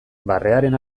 barrearen